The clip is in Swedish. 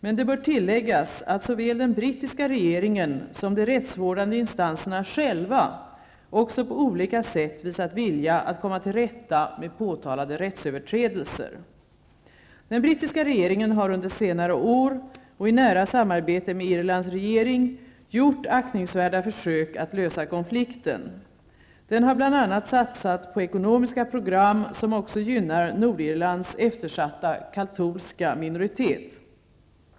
Men det bör tilläggas att såväl den brittiska regeringen, som de rättsvårdande instanserna själva, också på olika sätt visat vilja att komma till rätta med påtalade rättsöverträdelser. Den brittiska regeringen har under senare år och i nära samarbete med Irlands regering gjort aktningsvärda försök att lösa konflikten. Den har bl.a. satsat på ekonomiska program som också gynnar Nordirlands eftersatta katolska minoritet.